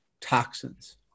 toxins